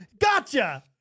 Gotcha